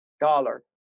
dollar